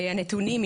הנתונים,